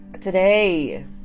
Today